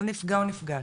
כל נפגע, או נפגעת,